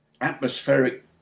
atmospheric